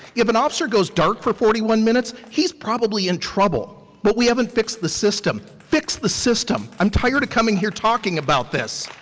if an officer goes dark for forty one minutes, he's probably in trouble but we haven't fixed the system. fix the system. i'm tired of coming here talking about this.